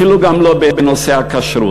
אפילו גם לא בנושא הכשרות.